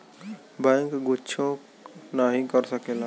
bank कुच्छो नाही कर सकेला